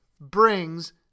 Brings